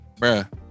Bruh